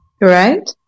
right